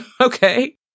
Okay